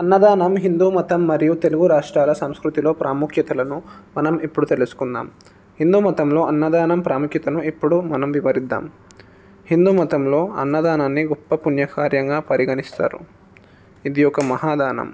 అన్నదానం హిందూ మతం మరియు తెలుగు రాష్ట్రాల సంస్కృతిలో ప్రాముఖ్యతలను మనం ఇప్పుడు తెలుసుకుందాం హిందూ మతంలో అన్నదానం ప్రాముఖ్యతను ఇప్పుడు మనం వివరిద్దాం హిందూ మతంలో అన్నదానాన్ని గొప్ప పుణ్యకార్యంగా పరిగణిస్తారు ఇది ఒక మహాదానం